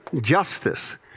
justice